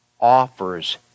offers